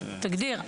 תגדיר.